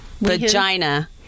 vagina